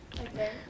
Okay